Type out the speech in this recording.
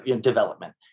development